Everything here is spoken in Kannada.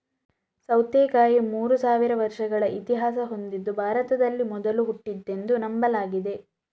ಸೌತೆಕಾಯಿ ಮೂರು ಸಾವಿರ ವರ್ಷಗಳ ಇತಿಹಾಸ ಹೊಂದಿದ್ದು ಭಾರತದಲ್ಲಿ ಮೊದಲು ಹುಟ್ಟಿದ್ದೆಂದು ನಂಬಲಾಗಿದೆ